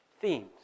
themes